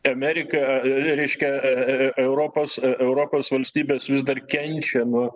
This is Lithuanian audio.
amerika reiškia e europos europos valstybės vis dar kenčia nuo